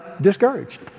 discouraged